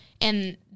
and-